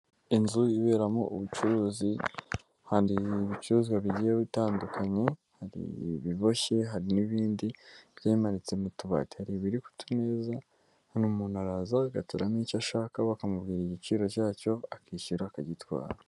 Inzu iberamo ubucuruzi, hari ibicuruzwa bigiye bitandukanye, hari biboshye, hari n'ibindi bigiye bimanitse mu tubari, hari ibiri kutumeza, hano umuntu araza agatoramo icyo ashaka, bakamubwira igiciro cyacyo akishyura akagitwara.